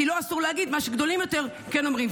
כי לו אסור להגיד את מה שגדולים יותר כן אומרים.